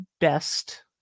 best